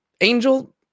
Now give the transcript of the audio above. angel